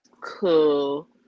cool